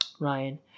Ryan